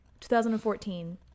2014